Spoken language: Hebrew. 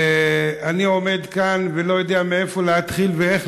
אני עומד כאן ולא יודע מאיפה להתחיל ואיך